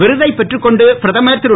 விருதை பெற்றுக் கொண்டு பிரதமர் திரு